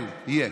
כן, יהיה.